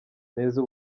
neza